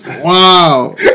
Wow